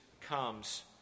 comes